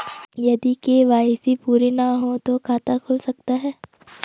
यदि के.वाई.सी पूरी ना हो तो खाता खुल सकता है?